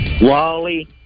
Wally